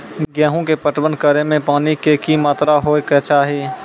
गेहूँ के पटवन करै मे पानी के कि मात्रा होय केचाही?